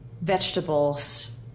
Vegetables